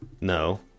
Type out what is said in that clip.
no